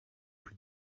plus